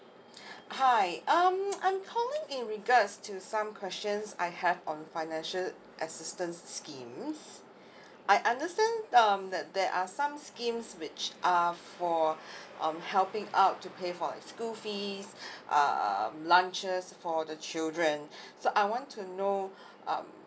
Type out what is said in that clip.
hi um I'm calling in regards to some questions I have on financial assistance schemes I understand um that there are some schemes which are for um helping out to pay for the school fees um lunches for the children so I want to know um